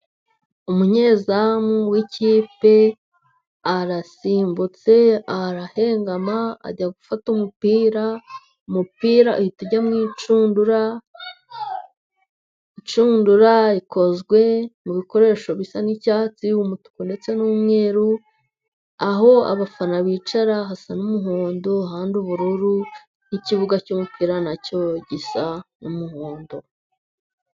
Umunyezamu w'ikipe arasimbutse arahengama, ajya gufata umupira, umupira uhita ujya mu inshundura. Inshundura ikozwe mu bikoresho bisa n'icyatsi, umutuku ndetse n'umweru, aho abafana bicara hasa n'umuhondo ahandi ubururu, n'ikibuga cy'umupira na cyo gisa n'umuhondo.